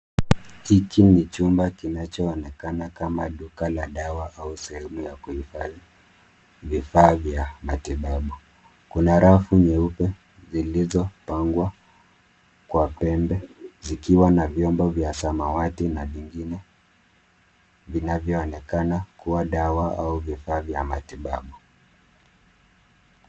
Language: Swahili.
Hiki ni chumba kinachoonekana kama duka la dawa au sehemu ya kuhifadhi vifaa vya matibabu. Kuna rafu nyeupe zilizopangwa kwa pembe zikiwa na vyombo vya samawati na vingine vinavyoonekana kuwa dawa au vifaa vya matibabu.